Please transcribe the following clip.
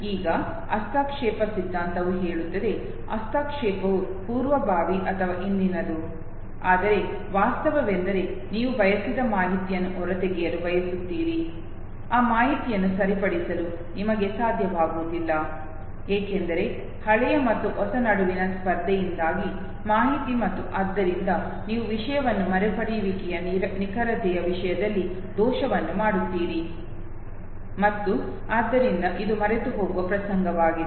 ಈಗ ಹಸ್ತಕ್ಷೇಪ ಸಿದ್ಧಾಂತವು ಹೇಳುತ್ತದೆ ಹಸ್ತಕ್ಷೇಪವು ಪೂರ್ವಭಾವಿ ಅಥವಾ ಹಿಂದಿನದು ಆದರೆ ವಾಸ್ತವವೆಂದರೆ ನೀವು ಬಯಸಿದ ಮಾಹಿತಿಯನ್ನು ಹೊರತೆಗೆಯಲು ಬಯಸುತ್ತೀರಿ ಆ ಮಾಹಿತಿಯನ್ನು ಸರಿಪಡಿಸಲು ನಿಮಗೆ ಸಾಧ್ಯವಾಗುವುದಿಲ್ಲ ಏಕೆಂದರೆ ಹಳೆಯ ಮತ್ತು ಹೊಸ ನಡುವಿನ ಸ್ಪರ್ಧೆಯಿಂದಾಗಿ ಮಾಹಿತಿ ಮತ್ತು ಆದ್ದರಿಂದ ನೀವು ವಿಷಯವನ್ನು ಮರುಪಡೆಯುವಿಕೆಯ ನಿಖರತೆಯ ವಿಷಯದಲ್ಲಿ ದೋಷವನ್ನು ಮಾಡುತ್ತೀರಿ ಮತ್ತು ಆದ್ದರಿಂದ ಇದು ಮರೆತುಹೋಗುವ ಪ್ರಸಂಗವಾಗಿದೆ